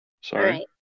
Sorry